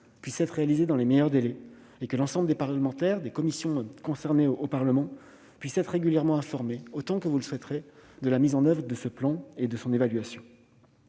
que vous avez évoquées dans les meilleurs délais et à m'assurer que l'ensemble des parlementaires des commissions concernées au Parlement soient régulièrement informés, autant qu'ils le souhaiteront, de la mise en oeuvre de ce plan et de son évaluation.